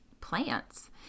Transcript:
plants